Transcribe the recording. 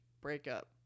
breakup